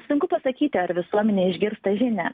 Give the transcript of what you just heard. sunku pasakyti ar visuomenė išgirsta žinią